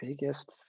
Biggest